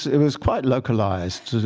it was quite localized.